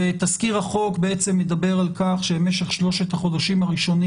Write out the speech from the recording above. תזכיר החוק מדבר על כך שבמשך שלושת החודשים הראשונים